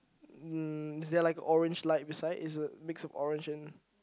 um is there like a orange light beside is a mix of orange and